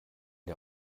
der